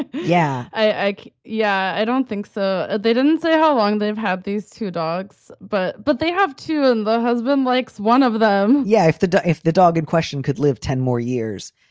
yeah, i yeah, i don't think so. they didn't say how long they've had these two dogs, but but they have to. and the husband likes one of them yeah. if the dog if the dog in question could live ten more years.